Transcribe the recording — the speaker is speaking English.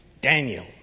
Daniel